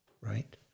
right